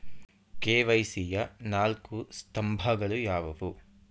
KYC ಯ ನಾಲ್ಕು ಸ್ತಂಭಗಳು ಯಾವುವು?